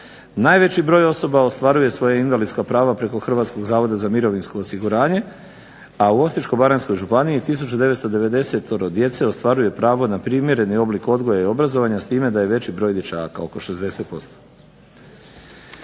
Najveći broj osoba ostvaruje svoja invalidska prava preko HZMO a u Osječko-baranjskoj županiji tisuću 990 djece ostvaruje pravo na primjereni oblik odgoja i obrazovanja s time da je veći broj dječaka oko 60%